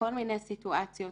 שבכל מיני סיטואציות